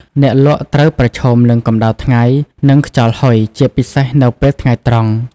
អ្នកលក់ត្រូវប្រឈមនឹងកម្ដៅថ្ងៃ និងខ្យល់ហុយ ជាពិសេសនៅពេលថ្ងៃត្រង់។